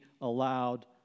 allowed